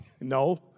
No